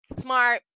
smart